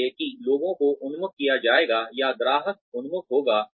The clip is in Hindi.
इसलिए कि लोगों को उन्मुख किया जाएगा या ग्राहक उन्मुख होगा